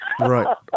Right